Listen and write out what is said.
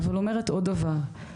אבל אומרת עוד דבר,